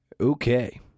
Okay